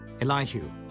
Elihu